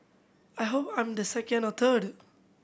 I hope I'm the second or third